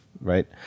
right